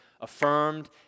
affirmed